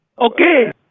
okay